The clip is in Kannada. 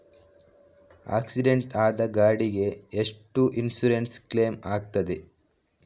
ಆಕ್ಸಿಡೆಂಟ್ ಆದ ಗಾಡಿಗೆ ಎಷ್ಟು ಇನ್ಸೂರೆನ್ಸ್ ಕ್ಲೇಮ್ ಆಗ್ತದೆ?